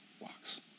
walks